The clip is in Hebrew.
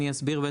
אני אסביר,